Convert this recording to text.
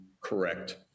correct